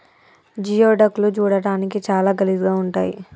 geoduck లు చూడడానికి చాలా గలీజ్ గా ఉంటయ్